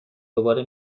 دوباره